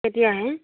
কেতিয়া আহে